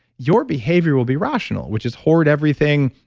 your behavior will be rational, which is hoard everything,